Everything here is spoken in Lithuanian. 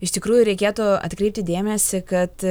iš tikrųjų reikėtų atkreipti dėmesį kad